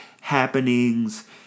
happenings